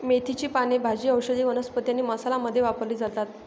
मेथीची पाने भाजी, औषधी वनस्पती आणि मसाला मध्ये वापरली जातात